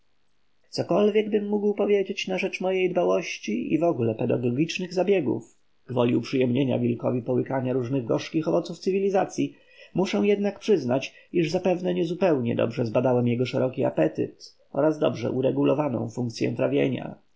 często cokolwiekbym mógł powiedzieć na rzecz mojej dbałości i wogóle pedagogicznych zabiegów gwoli uprzyjemnienia wilkowi połykania różnych gorzkich owoców cywilizacyi muszę jednakże przyznać iż zapewne niezupełnie dobrze zbadałem jego szeroki apetyt oraz dobrze uregulowaną funkcyę trawienia